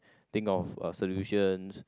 think of solutions